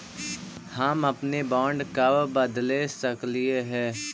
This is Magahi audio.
हम अपने बॉन्ड कब बदले सकलियई हे